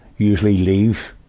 usually leave